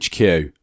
HQ